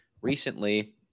recently